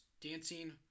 Dancing